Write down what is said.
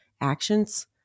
actions